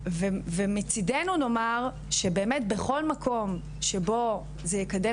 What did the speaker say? ומצידנו נאמר שבאמת בכל מקום שבו זה יקדם